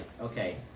Okay